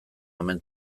omen